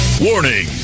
Warning